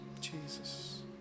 Jesus